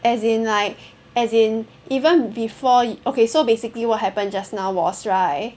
as in like as in even before you okay so basically what happened just now was right